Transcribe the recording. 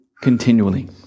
continually